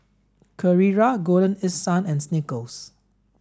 Carrera Golden East Sun and Snickers